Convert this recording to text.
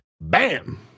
Bam